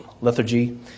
lethargy